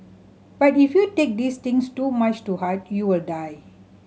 but if you take these things too much to heart you will die